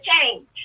change